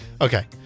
Okay